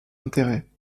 intérêt